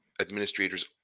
Administrators